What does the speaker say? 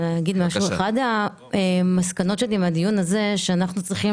אחת המסקנות שלי מהדיון הזה היא שאנחנו צריכים